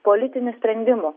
politinių sprendimų